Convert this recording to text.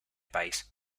país